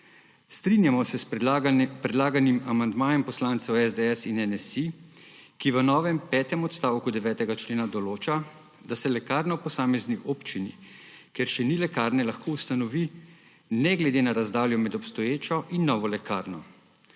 Strinjamo se s predlaganim amandmajem poslancev SDS in NSi, ki v novem, petem odstavku 9. člena določa, da se lekarna v posamezni občini, kjer še ni lekarne, lahko ustanovi ne glede na razdaljo med obstoječo in novo lekarno